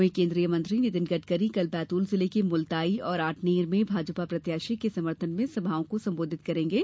वहीं केन्द्रीय मंत्री नितिन गडकरी कल बैतूल जिले मुलताई और आठनेर में भाजपा प्रत्याशी के समर्थन में सभाओं को संबोधित करेंगे